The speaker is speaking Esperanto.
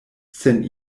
sen